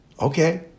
okay